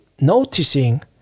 noticing